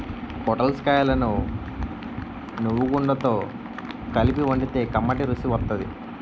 పొటల్స్ కాయలను నువ్వుగుండతో కలిపి వండితే కమ్మటి రుసి వత్తాది